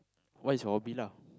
what is your hobby lah